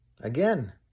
Again